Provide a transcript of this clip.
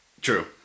true